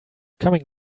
coming